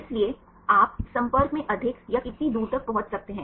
इसलिए आप संपर्क में अधिक या कितनी दूर तक पहुँच सकते हैं